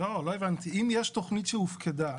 אם יש תכנית שהופקדה,